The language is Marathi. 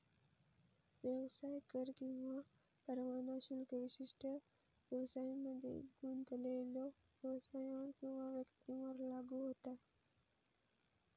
व्यवसाय कर किंवा परवाना शुल्क विशिष्ट व्यवसायांमध्ये गुंतलेल्यो व्यवसायांवर किंवा व्यक्तींवर लागू होता